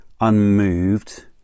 unmoved